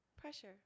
pressure